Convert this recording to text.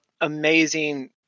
amazing